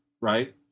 right